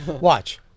Watch